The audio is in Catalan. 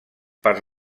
per